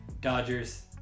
Dodgers